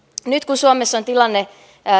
nyt kun suomessa on tilanne